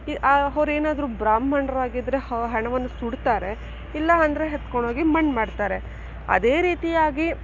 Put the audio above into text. ಅವರು ಏನಾದ್ರೂ ಬ್ರಾಹ್ಮಣರಾಗಿದ್ದರೆ ಹೆಣವನ್ನು ಸುಡ್ತಾರೆ ಇಲ್ಲ ಅಂದರೆ ಎತ್ಕೊಂಡು ಹೋಗಿ ಮಣ್ಣು ಮಾಡ್ತಾರೆ ಅದೇ ರೀತಿಯಾಗಿ